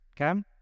Okay